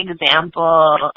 example